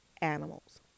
animals